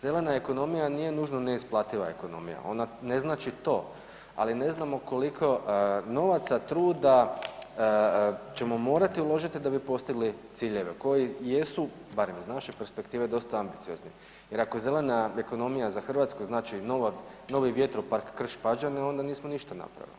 Zelena ekonomija nije nužno neisplativa ekonomija, ona ne znači to, ali ne znamo koliko novaca, truda ćemo morati uložiti da bi postigli ciljeve koji jesu, barem iz naše perspektive, dosta ambiciozni jer ako zelena ekonomija za Hrvatsku znači novi vjetropark Krš-Pađene onda nismo ništa napravili.